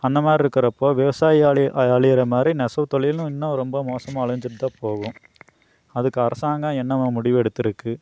அந்த மாதிரி இருக்கிறப்போ விவசாயம் அழி அழிகிற மாதிரி நெசவு தொழிலும் இன்னும் ரொம்ப மோசமாக அழிஞ்சுட்டுதான் போகும் அதுக்கு அரசாங்கம் என்னதா முடிவெடுத்துருக்குது